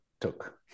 took